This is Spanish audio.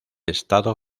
estado